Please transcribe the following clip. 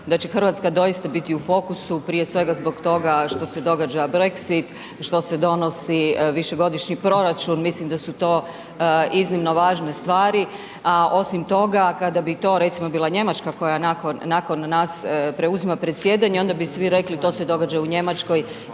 da će Hrvatska doista biti u fokusu prije svega zbog toga što se događa Brexit, što se donosi višegodišnji proračun, mislim da su to iznimno važne stvari a osim toga kada bi to recimo bila Njemačka koja nakon nas preuzima predsjedanje, onda bi svi rekli to se događa u Njemačkoj,